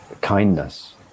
kindness